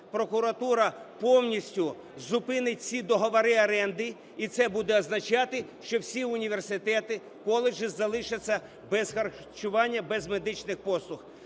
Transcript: прокуратура повністю зупинить ці договори оренди, і це буде означати, що всі університети, коледжі залишаться без харчування, без медичних послуг.